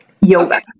Yoga